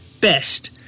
best